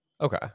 Okay